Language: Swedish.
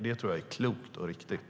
Det tror jag är klokt och riktigt.